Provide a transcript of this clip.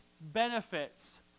benefits